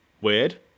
weird